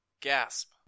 gasp